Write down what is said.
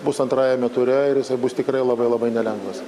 bus antrajame ture ir esą bus tikrai labai labai nelengvas